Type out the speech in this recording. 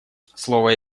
слово